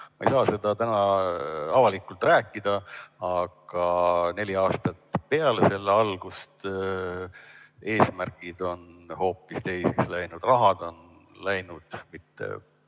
Ma ei saa seda täna avalikult rääkida, aga neli aastat peale selle algust on eesmärgid hoopis teiseks läinud. Rahad on läinud mitte